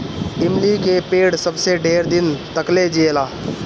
इमली के पेड़ सबसे ढेर दिन तकले जिएला